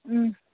ꯎꯝ